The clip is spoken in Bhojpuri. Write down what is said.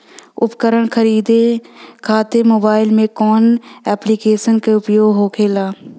उपकरण खरीदे खाते मोबाइल में कौन ऐप्लिकेशन का उपयोग होखेला?